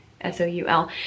s-o-u-l